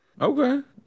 Okay